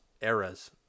eras